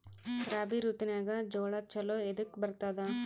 ರಾಬಿ ಋತುನಾಗ್ ಜೋಳ ಚಲೋ ಎದಕ ಬರತದ?